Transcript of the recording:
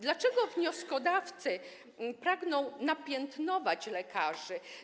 Dlaczego wnioskodawcy pragną napiętnować lekarzy?